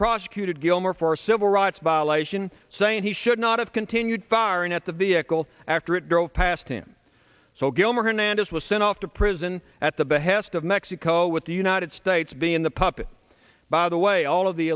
prosecuted gilmer for a civil rights violation saying he should not have continued firing at the vehicle after it drove past him so gilmer hernandez was sent off to prison at the behest of mexico with the united states be in the puppy by the way all of the